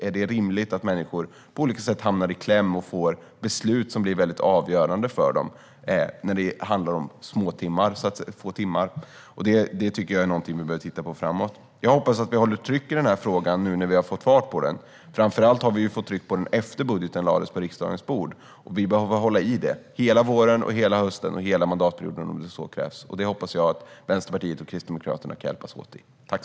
Är det rimligt att människor på olika sätt hamnar i kläm och får beslut som blir avgörande för dem när det handlar om få timmar? Det är någonting jag tycker att vi behöver se på framöver. Jag hoppas att vi håller trycket upp i frågan nu när vi har fått fart på den. Framför allt har vi fått tryck i den efter det att budgeten lades på riksdagens bord. Vi behöver hålla i detta hela våren, hela hösten och hela mandatperioden om så krävs. Det hoppas jag att Vänsterpartiet och Kristdemokraterna kan hjälpas åt med.